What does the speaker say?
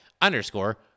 underscore